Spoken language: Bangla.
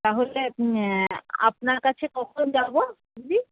তাহলে আপনার কাছে কখন যাব দিদি